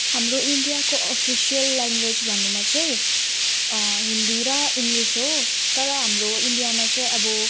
हाम्रो इन्डियाको official language भन्नुमा चाहिँ हिन्दी र इङ्ग्लिस हो तर हाम्रो इन्डियामा चाहिँ अब